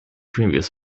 previous